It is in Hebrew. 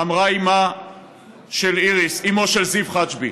אמרה איריס, אימו של זיו חג'בי.